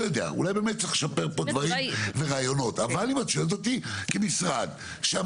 בסטטיסטיקה שאנחנו עשינו ראינו שיש וועדה אחת שבה אנחנו מגישים